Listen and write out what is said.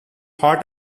hot